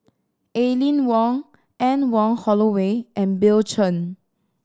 Aline Wong Anne Wong Holloway and Bill Chen